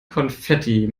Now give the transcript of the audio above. konfetti